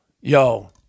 yo